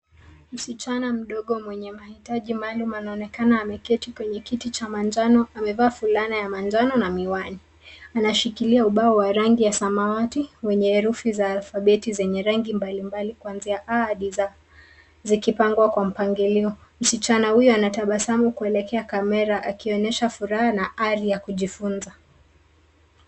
Msichana mdogo mwenye mahitaji maalum anaonekana ameketi kwenye kiti cha manjano amevaa fulana ya manjano na miwani. Anashikilia ubao wa rangi ya samawati wenye herufi za alfabeti zenye rangi mbalimbali kuanzia A hadi Z zikipangwa kwa mpangilio. Msichana huyo anatabasamu kuelekea kamera akionyesha furaha na ari ya kujifunza.